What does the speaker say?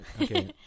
Okay